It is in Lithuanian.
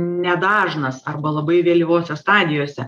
nedažnas arba labai vėlyvose stadijose